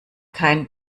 kein